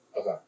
Okay